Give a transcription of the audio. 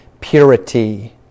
purity